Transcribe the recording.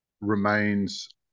remains